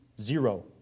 zero